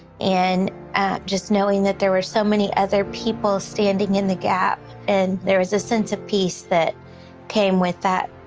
and just knowing that there were so many had other people standing in the gaps and there was a sense of peace that came with that.